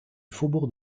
faubourg